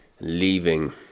leaving